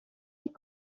est